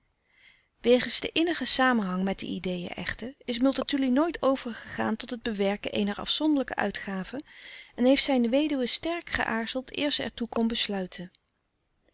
wegens den innigen samenhang met de ideen echter is multatuli nooit overgegaan tot het bewerken eener afzonderlijke uitgave en heeft zijne weduwe sterk geaarzeld eer ze er toe kon besluiten